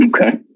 Okay